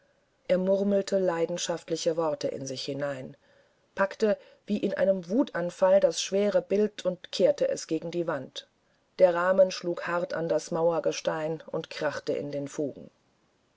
er murmelte leidenschaftliche worte in sich hinein packte wie in einem wutanfall das schwere bild und kehrte es gegen die wand der rahmen schlug hart an das mauergestein und krachte in den fugen